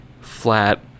flat